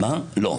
לא.